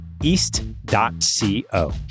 East.co